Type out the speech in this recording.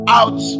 out